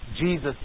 Jesus